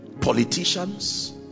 Politicians